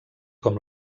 com